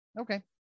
Okay